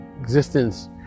existence